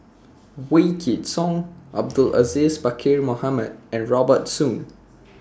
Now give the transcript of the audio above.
Wykidd Song Abdul Aziz Pakkeer Mohamed and Robert Soon